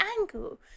angle